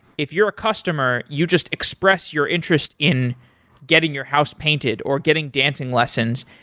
if you're a customer you just express your interest in getting your house painted or getting dancing lessons,